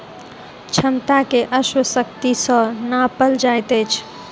क्षमता के अश्व शक्ति सॅ नापल जाइत अछि